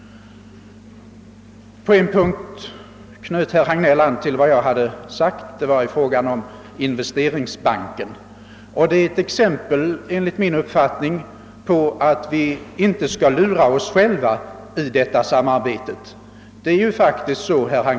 På en punkt knöt herr Hagnell an till vad jag hade yttrat, nämligen i fråga om investeringsbanken. Det är enligt min uppfattning ett exempel på att vi inte skall lura oss själva i detta samarbete.